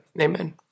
Amen